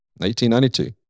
1892